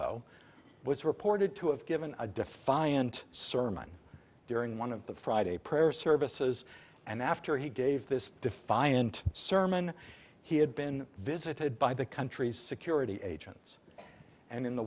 aleppo was reported to have given a defiant sermon during one of the friday prayer services and after he gave this defiant sermon he had been visited by the country's security agents and in the